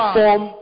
form